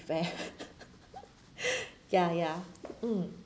fair ya ya mm